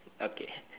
okay